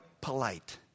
polite